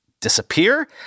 Disappear